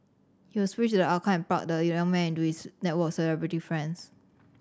he was pleased with the outcome and plugged the young man into his network of celebrity friends